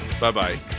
Bye-bye